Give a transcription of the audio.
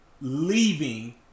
leaving